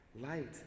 light